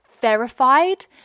verified